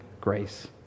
grace